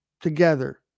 together